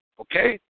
Okay